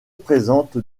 présente